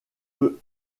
peut